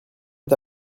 est